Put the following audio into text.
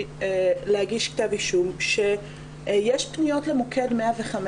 להגיש כתב אישום שיש פניות למוקד 105,